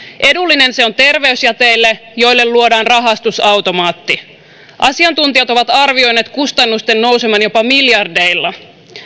edullinen se on terveysjäteille joille luodaan rahastusautomaatti asiantuntijat ovat arvioineet kustannusten nousevan jopa miljardeilla